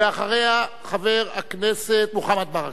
אחריה, חבר הכנסת מוחמד ברכה.